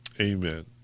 Amen